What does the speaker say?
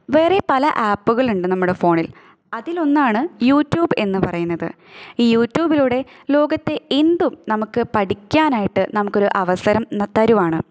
വേറെ പല ആപ്പുകൾ ഉണ്ട് നമ്മുടെ ഫോണിൽ അതിൽ ഒന്നാണ് യൂട്യൂബ് എന്ന് പറയുന്നത് ഈ യൂട്യൂബിലൂടെ ലോകത്തെ എന്തും നമുക്ക് പഠിക്കാനായിട്ട് നമുക്കൊരു അവസരം തരുവാണ്